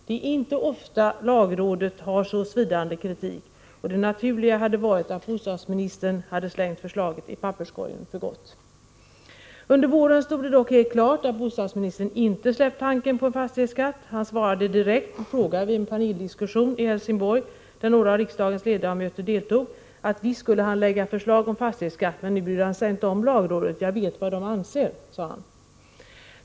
Det är inte ofta lagrådet har så svidande kritik, och det naturliga hade varit att bostadsministern slängt förslaget i papperskorgen för gott. Under våren stod det dock helt klart att bostadsministern inte släppt tanken på en fastighetsskatt. Han svarade på en direkt fråga vid en paneldiskussion i Helsingborg, där några av riksdagens ledamöter deltog, att han visst skulle lägga förslag om fastighetsskatt men att han nu inte brydde sig om lagrådet. ”Jag vet ju vad de anser”, sade han.